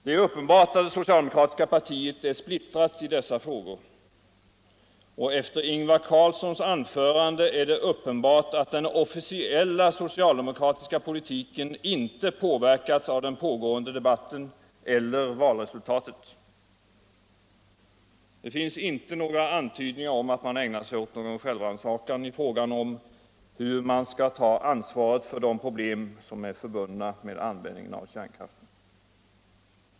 Det är uppenbart att det socialdemokratiska partiet är spliltrat i dessa frågor, och efter Ingvar Carlssons anförande är det också uppenbart att den officiella socialdemokraiiska politiken inne påverkuts av den pågående debatten eller valresultatet. Det finns inte någon antydan om a man ägnar sig åt sjäölvrannsakan i fråga om hur man skall tå ansvaret för de problem som är förbundna med användningen av kärnkraften.